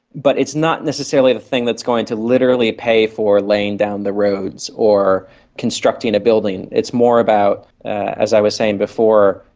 but it's not necessarily the thing that's going to literally pay for laying down the roads or constructing a building, it's more about, as i was saying before,